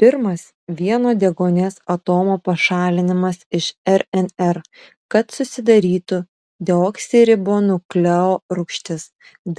pirmas vieno deguonies atomo pašalinimas iš rnr kad susidarytų deoksiribonukleorūgštis